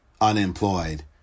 unemployed